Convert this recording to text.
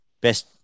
best